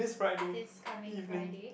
this coming Friday